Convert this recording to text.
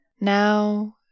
now